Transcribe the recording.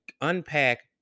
unpack